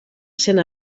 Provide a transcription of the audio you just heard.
cent